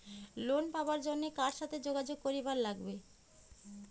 Loan পাবার জন্যে কার সাথে যোগাযোগ করিবার লাগবে?